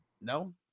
No